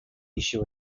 issue